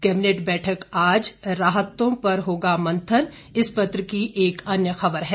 cabinet बैठक आज राहतों पर होगा मंथन इस पत्र की एक अन्य ख़बर है